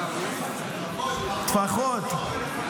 טפחות, טפחות.